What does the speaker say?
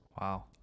Wow